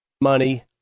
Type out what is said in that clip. money